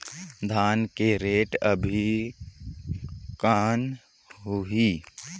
धान के रेट अभी कौन होही?